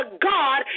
God